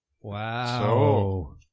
Wow